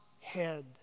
head